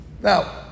now